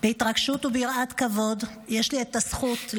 בהתרגשות וביראת כבוד יש לי הזכות,